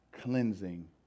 cleansing